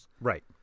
Right